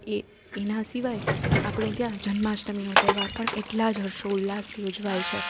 એ એના સિવાય આપણે ત્યાં જન્માષ્ટમીનો તહેવાર પણ એટલા જ હર્ષોલ્લાસથી ઉજવાય છે